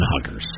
huggers